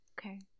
Okay